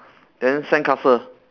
then sandcastle